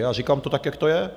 A říkám to tak, jak to je.